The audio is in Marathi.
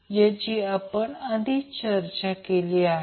ज्याची आपण आधीच चर्चा केले आहे